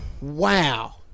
wow